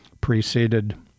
preceded